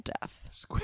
death